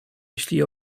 jeśli